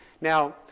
Now